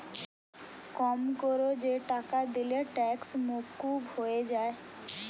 কম কোরে যে টাকা দিলে ট্যাক্স মুকুব হয়ে যায়